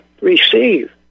receive